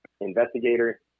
investigator